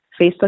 Facebook